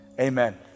amen